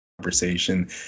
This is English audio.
conversation